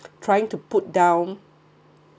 trying to put down